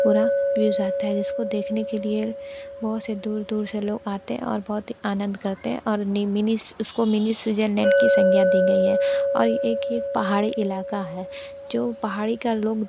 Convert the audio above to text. पूरा व्यू आता है जिसको देखने के लिए बहुत से दूर दूर से लोग आते हैं और बहुत ही आनंद करते हैं और मिनी उसको मिनी स्विट्जरलैंड की संज्ञा दी गई है और एक ये पहाड़ी इलाका है जो पहाड़ी का लोग